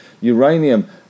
Uranium